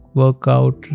workout